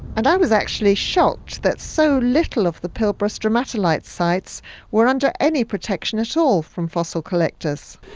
and i was actually shocked that so little of the pilbara stromatolite sites were under any protection at all from fossil collectors.